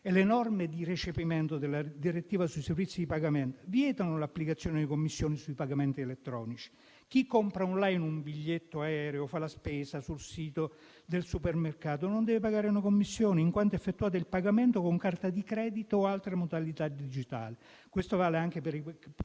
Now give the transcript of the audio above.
le norme di recepimento della direttiva sui servizi di pagamento vietano l’applicazione di commissioni sui pagamenti elettronici. Chi compra on line un biglietto aereo o fa la spesa sul sito del supermercato non deve pagare una commissione, in quanto ha effettuato il pagamento con carta di credito o altra modalità digitale e questo vale anche per i pagamenti